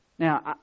Now